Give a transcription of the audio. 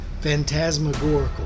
Phantasmagorical